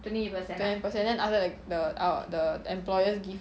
twenty percent then other the err ah the employer give